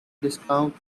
discount